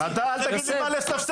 אתה, אל תגיד לי מה לספסר.